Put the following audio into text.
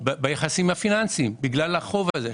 ביחסים הפיננסיים בגלל החוב הזה,